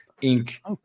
ink